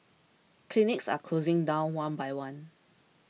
clinics are closing down one by one